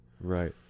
Right